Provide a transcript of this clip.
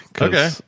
Okay